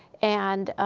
and,